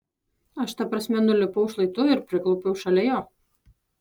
aš ta prasme nulipau šlaitu ir priklaupiau šalia jo